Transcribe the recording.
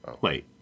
Wait